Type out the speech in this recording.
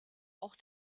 auch